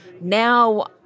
Now